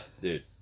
dude